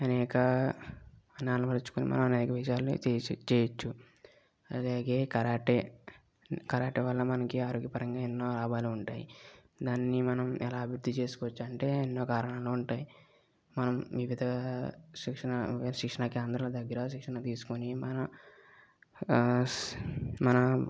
అనేక నేలపరచుకొని మనం అనేక విజయాలని చేయవచ్చు అలాగే కరాటే కరాటే వల్ల మనకి ఆరోగ్యపరంగా ఎన్నో లాభాలు ఉంటాయి దాన్ని మనం ఎలా అభివృద్ధి చేసుకోవచ్చు అంటే ఎన్నో కారణాలు ఉంటాయి మనం వివిధ శిక్షణా శిక్షణా కేంద్రాల దగ్గర శిక్షణ తీసుకొని మనం